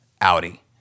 Audi